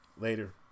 Later